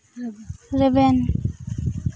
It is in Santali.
ᱨᱮᱵᱮᱱ